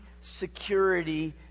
security